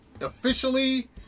officially